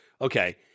okay